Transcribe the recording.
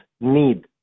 need